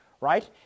right